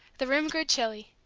the room grew chilly.